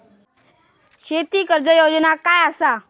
शेती कर्ज योजना काय असा?